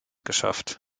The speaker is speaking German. geschafft